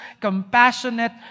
compassionate